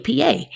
apa